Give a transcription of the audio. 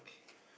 okay